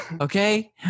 Okay